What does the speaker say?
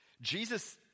Jesus